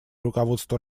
руководство